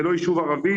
זה לא יישוב ערבי